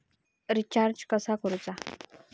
Recharge कसा करूचा?